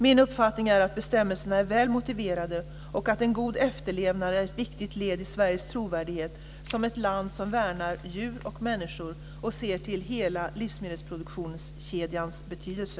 Min uppfattning är att bestämmelserna är väl motiverade och att en god efterlevnad är ett viktigt led i Sveriges trovärdighet som ett land som värnar djur och människor och ser till hela livsmedelsproduktionskedjans betydelse.